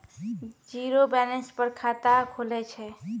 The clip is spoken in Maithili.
जीरो बैलेंस पर खाता खुले छै?